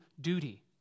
duty